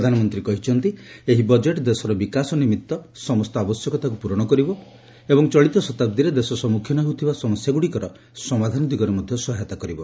ପ୍ରଧାନମନ୍ତ୍ରୀ କହିଛନ୍ତି ଏହି ବଜେଟ୍ ଦେଶର ବିକାଶ ନିମିତ୍ତ ସମସ୍ତ ଆବଶ୍ୟକତାକୁ ପ୍ରରଣ କରିବ ଏବଂ ଚଳିତ ଶତାବ୍ଦୀରେ ଦେଶ ସମ୍ମୁଖୀନ ହେଉଥିବା ସମସ୍ୟାଗୁଡ଼ିକର ସମାଧାନ ଦିଗରେ ମଧ୍ୟ ସହାୟତା କରିବ